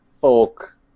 folk